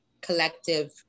collective